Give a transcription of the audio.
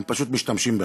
הם פשוט משתמשים בך,